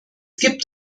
gibt